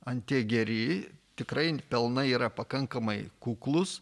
ant tiek geri tikrai pelnai yra pakankamai kuklūs